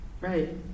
Right